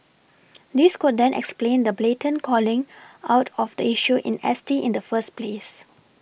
this could then explain the blatant calling out of the issue in S T in the first place